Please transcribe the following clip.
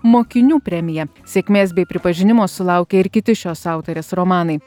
mokinių premija sėkmės bei pripažinimo sulaukė ir kiti šios autorės romanai